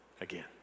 again